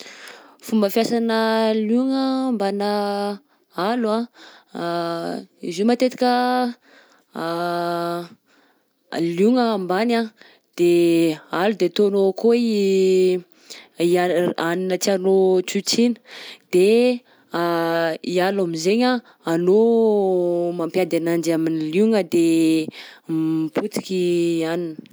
Fomba fiasanà liogna mbanà alo anh, izy io matetika liogna ambany anh de alo de ataonao akao i hanina tianao trotriana, de i alo am'zaigny anh anao mampiady ananjy am'liogna de potika i hanina.